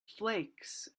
flakes